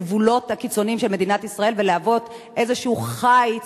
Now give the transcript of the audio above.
הגבולות הקיצוניים של מדינת ישראל ולהוות איזה חיץ,